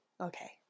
Okay